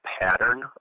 pattern